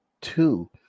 two